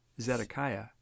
Zedekiah